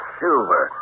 silver